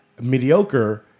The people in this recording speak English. mediocre